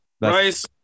rice